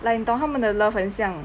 like 你懂他们的 love 很像